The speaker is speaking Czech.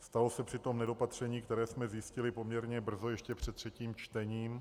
Stalo se přitom nedopatření, které jsme zjistili poměrně brzo, ještě před třetím čtením.